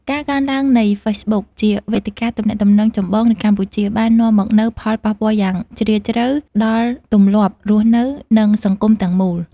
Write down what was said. ការកើនឡើងនៃ Facebook ជាវេទិកាទំនាក់ទំនងចម្បងនៅកម្ពុជា បាននាំមកនូវ ផលប៉ះពាល់យ៉ាងជ្រាលជ្រៅ ដល់ទម្លាប់រស់នៅ និងសង្គមទាំងមូល។